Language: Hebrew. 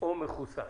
או מחוסן,